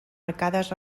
arcades